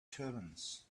turbans